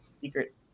secret